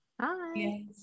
Hi